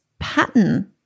pattern